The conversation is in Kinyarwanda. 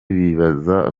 bibaza